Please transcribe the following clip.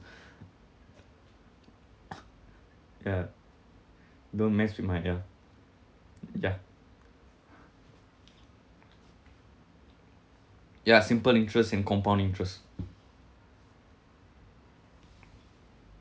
ya don't mess with my yeah yeah yeah simple interest and compound interest